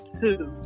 two